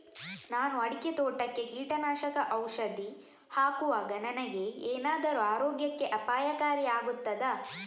ನಾನು ಅಡಿಕೆ ತೋಟಕ್ಕೆ ಕೀಟನಾಶಕ ಔಷಧಿ ಹಾಕುವಾಗ ನನಗೆ ಏನಾದರೂ ಆರೋಗ್ಯಕ್ಕೆ ಅಪಾಯಕಾರಿ ಆಗುತ್ತದಾ?